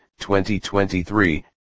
2023